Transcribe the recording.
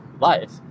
life